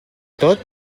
tot